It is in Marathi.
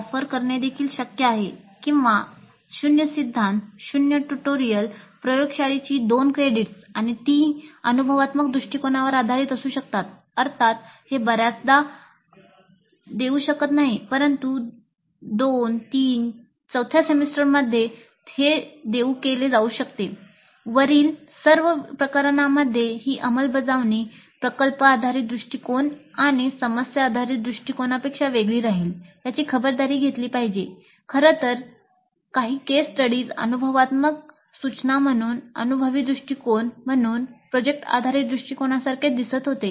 0 सिद्धांत 0 ट्यूटोरियल काही केस स्टडीज अनुभवात्मक सूचना म्हणून अनुभवी दृष्टिकोन म्हणून प्रोजेक्ट आधारित दृष्टिकोनासारखे दिसत होते